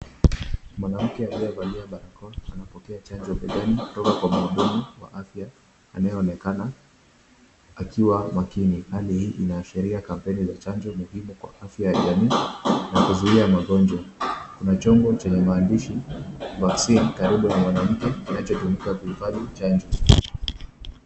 Mwanamke aliyevalia barakoa anapokea chanjo begani kutoka kwa mhudumu wa afya anayeonekana akiwa makini. Hali hii inaashiria kampeni ya chanjo muhimu kwa afya ya jamii na kuzuia magonjwa. Kuna chombo chenye maandishi vaccine karibu na mwanamke kinachotumika kuhifadhi chanjo.